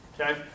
okay